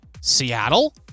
Seattle